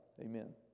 amen